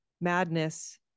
madness